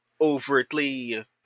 overtly